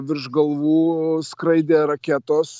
virš galvų skraidė raketos